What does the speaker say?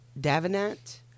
Davenant